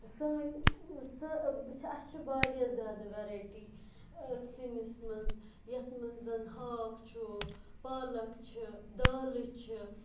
سانہِ سٲ چھ اَسہِ چھ واریاہ زیادٕ ویٚرایٹی سِنِس منٛز یِتھ منٛز زن ہاکھ چھُ پالَک چھِ دالہٕ چھِ